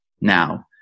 now